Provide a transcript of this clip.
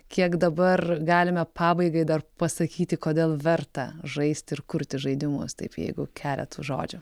kiek dabar galime pabaigai dar pasakyti kodėl verta žaisti ir kurti žaidimus taip jeigu keletu žodžių